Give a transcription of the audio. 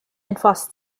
etwas